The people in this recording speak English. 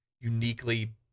uniquely